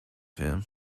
him